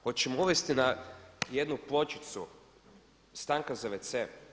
Hoćemo uvesti na jednu pločicu stanka za wc?